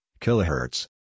kilohertz